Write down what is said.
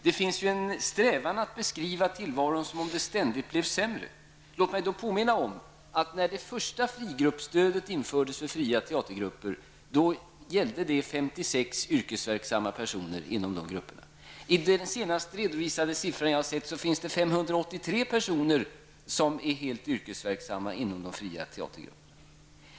Det finns en strävan att beskriva tillvaron som om det ständigt blev sämre. Låt mig då påminna om att när det första frigruppsstödet infördes för fria teatergrupper, gällde det 56 yrkesverksamma personer inom de grupperna. Vid den senaste redovisningen jag har sett gäller det 583 personer som är yrkesverksamma inom de fria teatergrupperna.